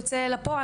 יוצא אל הפועל,